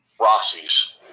Roxy's